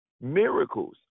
miracles